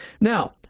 Now